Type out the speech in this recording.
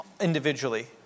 individually